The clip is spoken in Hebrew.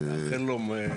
קודם כל נאחל לו בהצלחה,